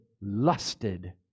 lusted